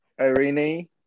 Irene